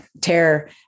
terror